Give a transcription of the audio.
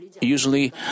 usually